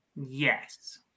Yes